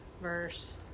verse